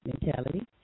mentality